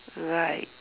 right